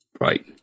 Right